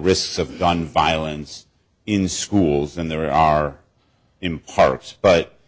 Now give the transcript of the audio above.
risks of gun violence in schools and there are in parks but